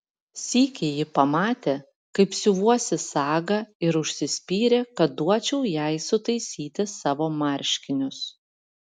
sykį ji pamatė kaip siuvuosi sagą ir užsispyrė kad duočiau jai sutaisyti savo marškinius